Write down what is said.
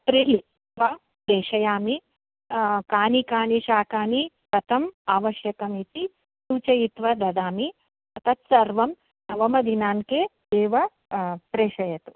वा प्रेषयामि अ कानि कानि शाकानि कथम् आवश्यकमिति सूचयित्वा ददामि तत् सर्वं नवमदिनाङ्के एव प्रेषयतु